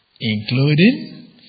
including